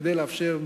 כדי לאפשר,